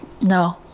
no